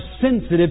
sensitive